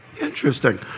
Interesting